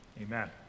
Amen